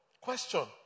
Question